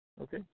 Okay